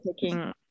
taking